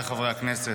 חבריי חברי הכנסת,